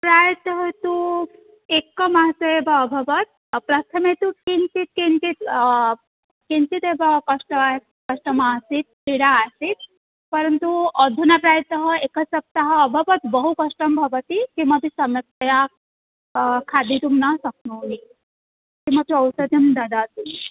प्रायशः तु एकमासे एव अभवत् प्रथमे तु किञ्चित् किञ्चित् किञ्चित् एव कष्टं कष्टमासीत् पीडा आसीत् परन्तु अधुना प्रायशः एकसप्ताहः अभवत् बहुकष्टं भवति किमपि सम्यक्तया खादितुं न शक्नोमि किमपि औषधं ददातु